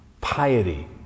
piety